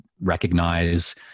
recognize